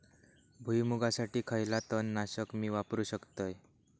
भुईमुगासाठी खयला तण नाशक मी वापरू शकतय?